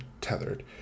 tethered